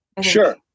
sure